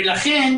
לכן,